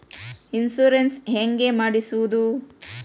Insurance ಹೇಗೆ ಮಾಡಿಸುವುದು?